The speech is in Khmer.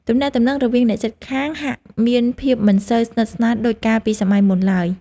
ទំនាក់ទំនងរវាងអ្នកជិតខាងហាក់មានភាពមិនសូវស្និទ្ធស្នាលដូចកាលពីសម័យមុនឡើយ។